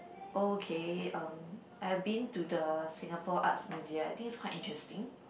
okay um I've been to the Singapore Arts Museum I think it's quite interesting